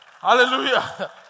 Hallelujah